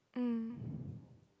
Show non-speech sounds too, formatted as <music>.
mm <breath>